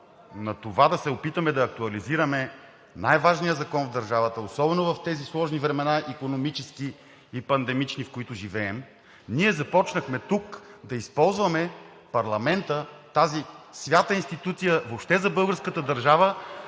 на това да се опитаме да актуализираме най-важния закон в държавата, особено в тези сложни времена – икономически и пандемични, в които живеем, ние започнахме тук да използваме парламента, тази свята институция въобще за българската държава,